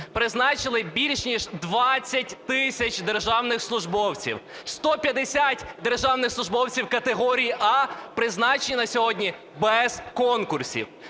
Призначили більше ніж 20 тисяч державних службовців. 150 державних службовців категорії "А" призначено сьогодні без конкурсів.